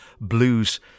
Blues